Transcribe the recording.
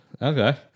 Okay